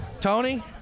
Tony